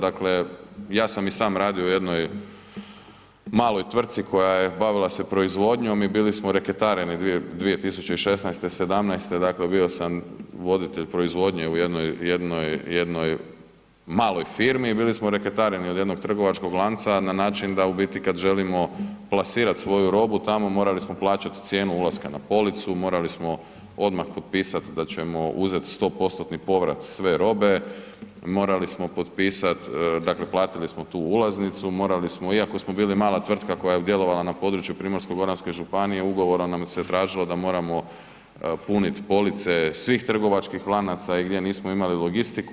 Dakle, ja sam i sam radio u jednoj maloj tvrtci koja se bavila proizvodnjom i bili smo reketareni 2016., 2017. bio sam voditelj proizvodnje u jednoj maloj firmi i bili smo reketareni od jednog trgovačkog lanca na način da kada želimo plasirati svoju robu tamo morali smo plaćati cijenu ulaska na policu, morali smo odmah potpisati da ćemo uzeti 100% povrat sve robe, morali smo potpisati dakle platili smo tu ulaznicu, iako smo bili mala tvrtka koja je djelovala na području Primorsko-goranske županije ugovorom nam se tražilo da moramo puniti police svih trgovačkih lanaca i gdje nismo imali logistiku.